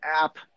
app